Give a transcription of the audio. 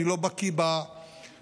ואני לא בקיא בפרטים,